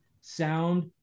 Sound